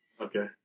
Okay